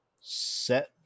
set